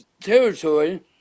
territory